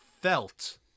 felt